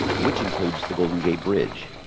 which includes the golden gate bridge.